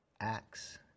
acts